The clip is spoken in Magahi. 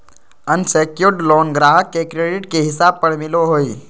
अनसेक्योर्ड लोन ग्राहक के क्रेडिट के हिसाब पर मिलो हय